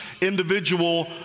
individual